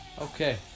Okay